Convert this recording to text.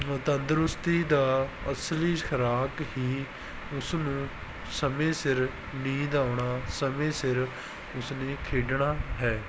ਤੰਦਰੁਸਤੀ ਦਾ ਅਸਲੀ ਖੁਰਾਕ ਹੀ ਉਸ ਨੂੰ ਸਮੇਂ ਸਿਰ ਨੀਂਦ ਆਉਣਾ ਸਮੇਂ ਸਿਰ ਉਸਨੇ ਖੇਡਣਾ ਹੈ